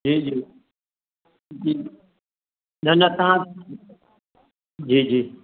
जी जी जी न न तव्हां जी जी